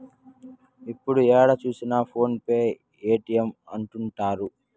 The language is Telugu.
ఇప్పుడు ఏడ చూసినా ఫోన్ పే పేటీఎం అంటుంటారు